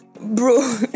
Bro